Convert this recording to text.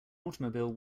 automobile